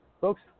folks